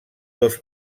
dos